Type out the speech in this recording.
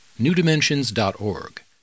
newdimensions.org